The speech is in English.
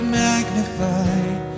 magnified